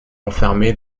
enfermés